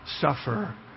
suffer